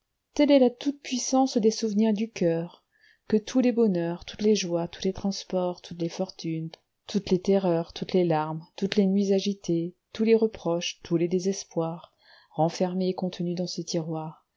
telle est la toute-puissance des souvenirs du coeur que tous les bonheurs toutes les joies tous les transports toutes les fortunes toutes les terreurs toutes les larmes toutes les nuits agitées tous les reproches tous les désespoirs renfermés et contenus dans ce tiroir